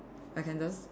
I can just